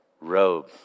robe